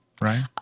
right